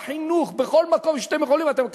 בחינוך, בכל מקום שאתם יכולים אתם מקצצים.